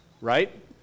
right